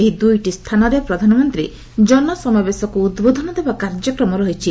ଏହି ଦୁଇଟି ସ୍ଥାନରେ ପ୍ରଧାନମନ୍ତ୍ରୀ ଜନସମାବେଶକୁ ଉଦ୍ବୋଧନ ଦେବା କାର୍ଯ୍ୟକ୍ରମ ରହିଛି